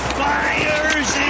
fires